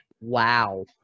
Wow